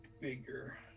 bigger